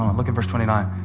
um look at verse twenty nine.